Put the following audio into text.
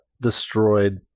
destroyed